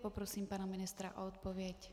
Poprosím pana ministra o odpověď.